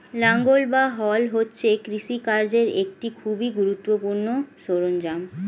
লাঙ্গল বা হাল হচ্ছে কৃষিকার্যের একটি খুবই গুরুত্বপূর্ণ সরঞ্জাম